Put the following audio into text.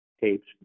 tapes